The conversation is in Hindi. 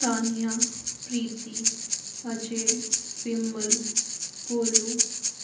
तान्या प्रीति अजय विमल गोलू